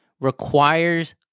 requires